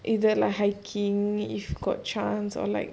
either like hiking if got chance or like